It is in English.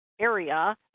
area